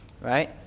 right